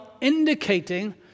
indicating